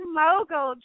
mogul